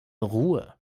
ruhe